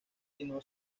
sino